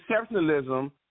exceptionalism